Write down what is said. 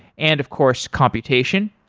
and of course computation.